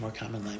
language